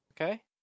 Okay